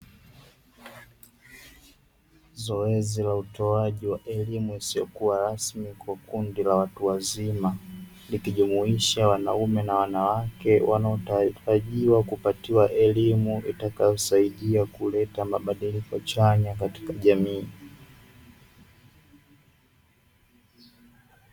Zoezi la utoaji wa elimu isiyo rasmi kwa kundi la watu wazima ikijumuisha wanaume kwa wanawake wanaotarajiwa kupewa elimu, itakayo saidia kuleta mabadiliko chanya katika jamii.